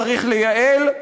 צריך לייעל?